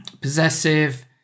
possessive